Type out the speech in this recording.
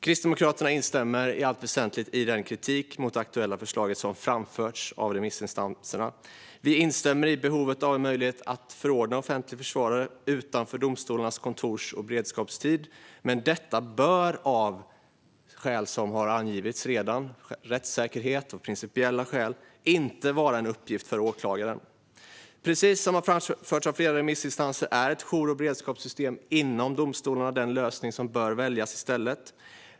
Kristdemokraterna instämmer i allt väsentligt i den kritik mot det aktuella förslaget som framförts av remissinstanserna. Vi instämmer i behovet av en möjlighet att förordna offentlig försvarare utanför domstolarnas kontors och beredskapstid, men detta bör av skäl som redan har angivits, rättssäkerhetsskäl och principiella skäl, inte vara en uppgift för åklagaren. Precis som har framförts av flera remissinstanser är ett jour och beredskapssystem inom domstolarna den lösning som bör väljas i stället.